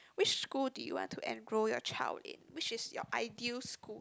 which school do you want to enrol your child in which is your ideal school